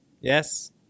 Yes